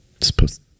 supposed